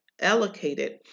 allocated